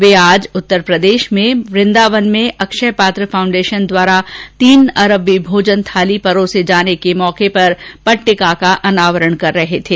वे आज उत्तरप्रदेश में वृदावन में अक्षय पात्र फाउंडेशन द्वारा तीन अरब वीं भोजन थाली परोसे जाने के अवसर पर पट्टिका का अनावरण कर रहे थे